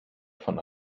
von